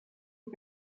aux